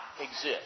exist